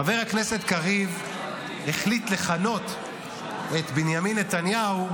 חבר הכנסת קריב החליט לכנות את בנימין נתניהו,